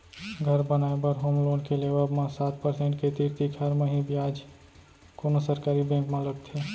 घर बनाए बर होम लोन के लेवब म सात परसेंट के तीर तिखार म ही बियाज कोनो सरकारी बेंक म लगथे